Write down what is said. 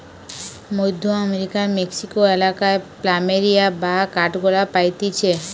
মধ্য আমেরিকার মেক্সিকো এলাকায় প্ল্যামেরিয়া বা কাঠগোলাপ পাইতিছে